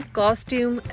costume